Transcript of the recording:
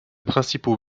principaux